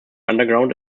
underground